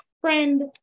friend